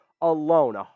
alone